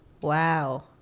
wow